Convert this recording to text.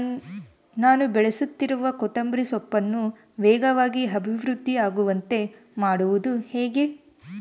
ನಾನು ಬೆಳೆಸುತ್ತಿರುವ ಕೊತ್ತಂಬರಿ ಸೊಪ್ಪನ್ನು ವೇಗವಾಗಿ ಅಭಿವೃದ್ಧಿ ಆಗುವಂತೆ ಮಾಡುವುದು ಹೇಗೆ?